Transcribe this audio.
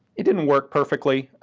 it didn't work perfectly,